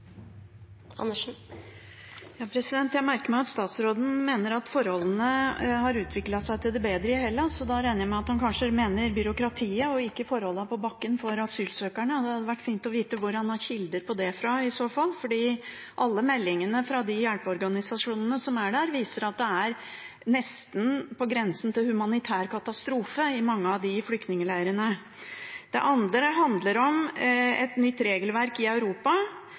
Jeg merker meg at statsråden mener at forholdene har utviklet seg til det bedre i Hellas. Da regner jeg med at han kanskje mener byråkratiet og ikke forholdene på bakken for asylsøkerne. Det hadde vært fint å vite hvem som er kilden til de opplysningene. Alle meldingene fra hjelpeorganisasjonene som er der, viser at det er nesten på grensen til humanitær katastrofe i mange av flyktningleirene. Det andre spørsmålet mitt handler om et nytt regelverk i Europa.